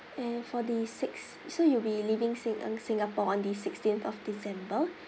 uh for the sixth so you'll be living sin~ singapore on the sixteenth of december